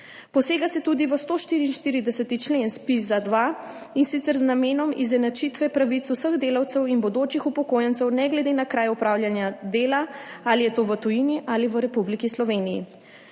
Posega se tudi v 144. člen ZPIZ-2, in sicer z namenom izenačitve pravic vseh delavcev in bodočih upokojencev, ne glede na kraj opravljanja dela, ali je to v tujini ali v Republiki Sloveniji.